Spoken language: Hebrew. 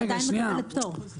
והיא עדיין מקבלת פטור.